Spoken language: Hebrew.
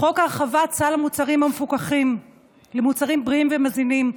חוק הרחבת סל המוצרים המפוקחים למוצרים בריאים ומזינים,